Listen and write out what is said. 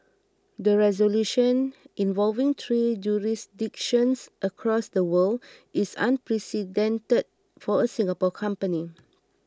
the resolution involving three jurisdictions across the world is unprecedented for a Singapore company